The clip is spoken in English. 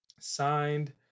signed